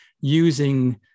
using